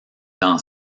dans